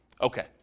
Okay